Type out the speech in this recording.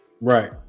right